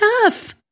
enough